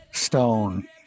stone